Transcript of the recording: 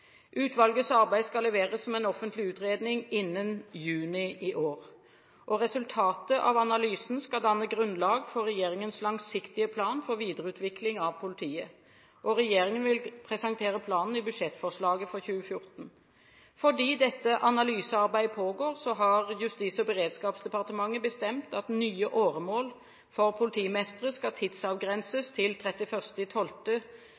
Utvalgets arbeid skal leveres som en offentlig utredning innen juni i år. Resultatet av analysen skal danne grunnlag for regjeringens langsiktige plan for videreutviklingen av politiet. Regjeringen vil presentere planen i budsjettforslaget for 2014. Fordi dette analysearbeidet pågår, har Justis- og beredskapsdepartementet bestemt at nye åremål for politimestre skal tidsavgrenses til 31. desember 2014, og ikke seks år, slik åremålet i